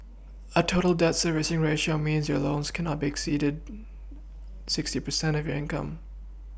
a total debt Servicing ratio means that your loans cannot exceed sixty percent of your income